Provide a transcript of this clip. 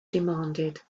demanded